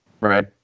right